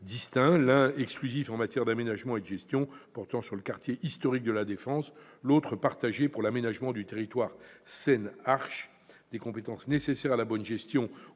distincts, l'un exclusif en matière d'aménagement et de gestion portant sur le quartier historique de La Défense, l'autre partagé pour l'aménagement du territoire Seine-Arche. Des compétences nécessaires à la bonne gestion ont